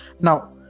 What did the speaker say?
Now